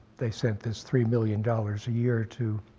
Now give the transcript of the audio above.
they sent this three million dollars a year to